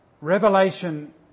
Revelation